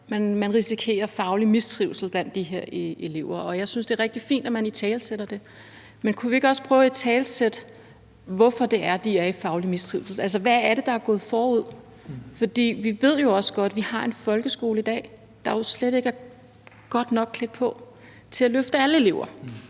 man risikerer faglig mistrivsel blandt de her elever. Og jeg synes, det er rigtig fint, at man italesætter det, men kunne vi ikke også prøve at italesætte, hvorfor det er, at de er i faglig mistrivsel, altså hvad det er, der er gået forud? Vi ved jo også godt, at vi har en folkeskole i dag, der slet ikke er godt nok klædt på til at løfte alle elever,